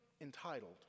entitled